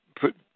put